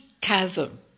chasm